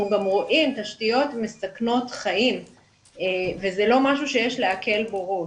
אנחנו גם רואים תשתיות מסכנות חיים וזה לא משהו שיש להקל בו ראש,